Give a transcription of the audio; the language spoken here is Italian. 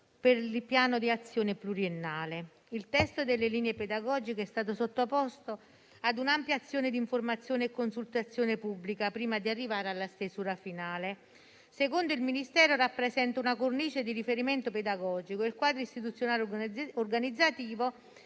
Il testo delle linee pedagogiche è stato sottoposto a un'ampia azione di informazione e consultazione pubblica prima di arrivare alla stesura finale. Secondo il Ministero rappresenta una cornice di riferimento pedagogico e il quadro istituzionale organizzativo